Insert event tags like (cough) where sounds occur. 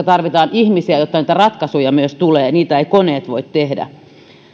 (unintelligible) tarvitaan ihmisiä jotta niitä ratkaisuja myös tulee niitä eivät koneet voi tehdä